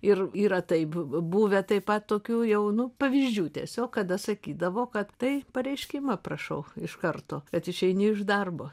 ir yra taip buvę taip pat tokių jau nu pavyzdžių tiesiog kada sakydavo kad tai pareiškimą prašau iš karto kad išeini iš darbo